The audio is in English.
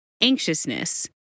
anxiousness